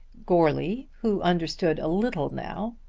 goarly, who understood a little now,